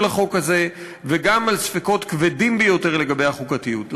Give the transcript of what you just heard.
החוק הזה וגם על ספקות כבדים ביותר לגבי החוקתיות.